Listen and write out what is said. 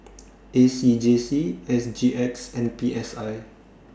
A C J C S G X and P S I